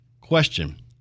Question